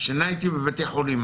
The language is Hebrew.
שנה הייתי בבתי חולים,